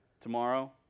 Tomorrow